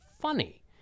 funny